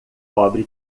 pobre